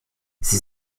sie